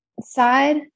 side